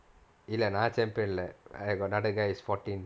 இல்ல இல்ல:illa illa ah champion leh I got another guy is fourteen